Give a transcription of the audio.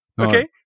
Okay